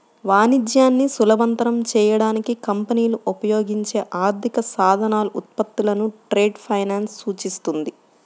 వాణిజ్యాన్ని సులభతరం చేయడానికి కంపెనీలు ఉపయోగించే ఆర్థిక సాధనాలు, ఉత్పత్తులను ట్రేడ్ ఫైనాన్స్ సూచిస్తుంది